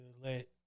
let